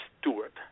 Stewart